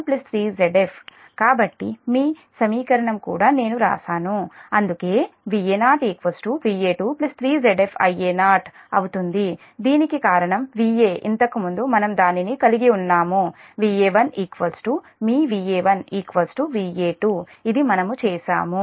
Z2Z03ZfZ2Z03Zf కాబట్టి మీ సమీకరణం కూడా నేను వ్రాశాను అందుకే Va0 Va2 3 Zf Ia0 దీనికి కారణం Va ఇంతకుముందు మనం దానిని కలిగి ఉన్నాము Va1 మీ Va1 Va2 ఇది మనము చేసాము